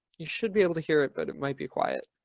you should be able to hear it, but it might be quiet.